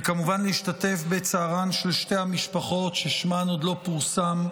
וכמובן להשתתף בצערן של שתי המשפחות ששמן עוד לא פורסם,